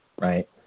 right